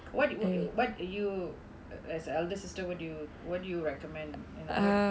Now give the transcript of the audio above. what do you what you as a elder sister what do you what do you recommend you know what